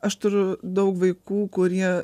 aš turiu daug vaikų kurie